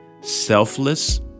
Selfless